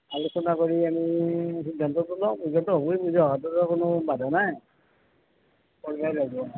আলোচনা কৰি আমি সিদ্ধান্তটো ল'ম সিদ্ধান্ত হ'বই পূজা হোৱাটোতো কোনো বাধা নাই কৰিবই লাগিব ন'